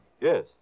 Yes